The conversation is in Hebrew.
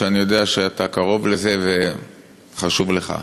שאני יודע שאתה קרוב לזה וזה חשוב לך.